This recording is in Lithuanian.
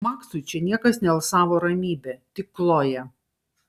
maksui čia niekas nealsavo ramybe tik kloja